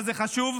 הרשויות,